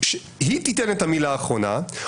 היא תיתן את המילה האחרונה,